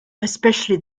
especially